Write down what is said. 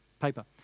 paper